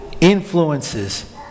influences